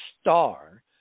star